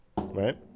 Right